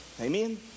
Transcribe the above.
Amen